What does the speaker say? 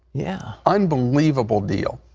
yeah unbelievable deal.